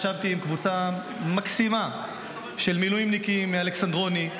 ישבתי עם קבוצה מקסימה של מילואימניקים מאלכסנדרוני,